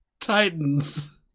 Titans